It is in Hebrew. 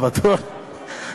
אתה בטוח?